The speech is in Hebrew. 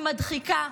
היא מדחיקה,